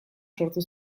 sortu